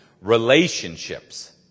Relationships